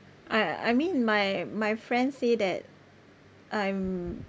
I I mean my my friend say that I'm